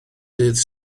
dydd